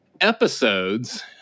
episodes